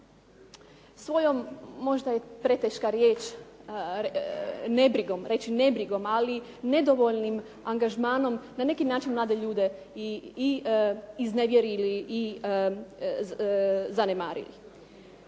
svojom, možda je preteška riječ, nebrigom, ali nedovoljnim angažmanom na neki način mlade ljude i iznevjerili i zanemarili.